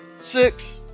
six